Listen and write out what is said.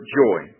joy